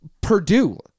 Purdue